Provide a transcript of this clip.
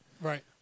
Right